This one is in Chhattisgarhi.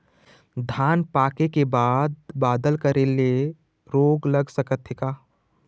धान पाके के बाद बादल करे ले रोग लग सकथे का?